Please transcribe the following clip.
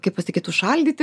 kaip pasakyt užšaldyti